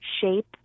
shape